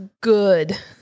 good